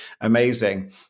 amazing